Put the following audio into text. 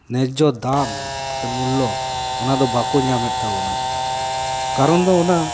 ᱱᱮᱡᱡᱷᱚ ᱫᱟᱢ ᱥᱮ ᱢᱩᱞᱞᱚ ᱚᱱᱟᱫᱚ ᱵᱟᱠᱚ ᱧᱟᱢᱮᱫ ᱛᱟᱵᱚᱱᱟ ᱠᱟᱨᱚᱱ ᱫᱚ ᱚᱱᱟ